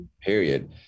period